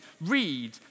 read